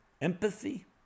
empathy